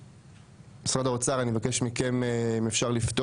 משרד האוצר, אני מבקש מכם לפתוח.